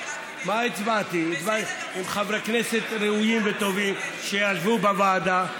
עם חברי כנסת ראויים וטובים שישבו בוועדה,